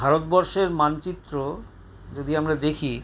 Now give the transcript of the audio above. ভারতবর্ষের মানচিত্র যদি আমরা দেখি